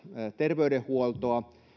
terveydenhuoltoa